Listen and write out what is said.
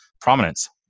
prominence